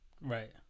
Right